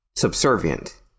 Subservient